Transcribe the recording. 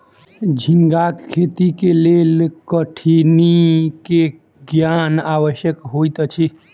झींगाक खेती के लेल कठिनी के ज्ञान आवश्यक होइत अछि